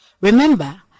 Remember